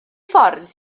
ffordd